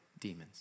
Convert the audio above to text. Demons